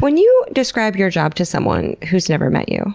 when you describe your job to someone who's never met you,